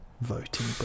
voting